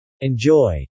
Enjoy